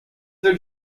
their